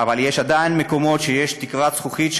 אבל עדיין יש מקומות שיש בהם תקרת זכוכית,